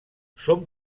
són